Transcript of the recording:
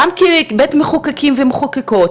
גם כבית מחוקקים ומחוקקות,